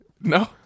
No